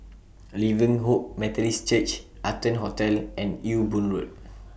Living Hope Methodist Church Arton Hotel and Ewe Boon Road